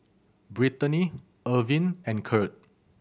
Brittaney Irving and Curt